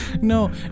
No